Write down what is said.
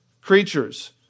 Creatures